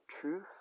truth